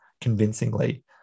convincingly